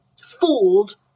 fooled